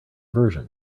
version